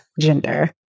gender